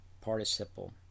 participle